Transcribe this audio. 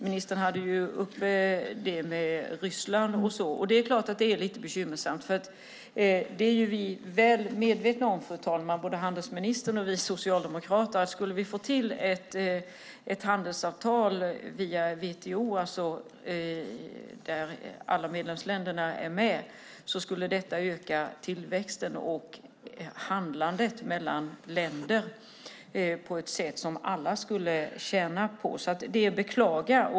Ministern hade uppe detta med Ryssland, och det är lite bekymmersamt. Vi är väl medvetna om, både handelsministern och vi socialdemokrater, att skulle vi få till ett handelsavtal via WTO, där alla medlemsländerna är med, skulle detta öka tillväxten och handlandet mellan länder på ett sätt som alla skulle tjäna på.